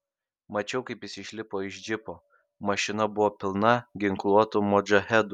mačiau kaip jis išlipo iš džipo mašina buvo pilna ginkluotų modžahedų